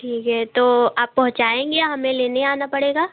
ठीक है तो आप पहुँचाएँगे या हमें लेने आना पड़ेगा